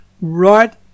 right